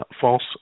false